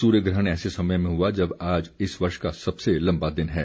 सूर्यग्रहण ऐसे समय में हुआ जब आज इस वर्ष का सबसे लम्बा दिन है